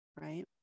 right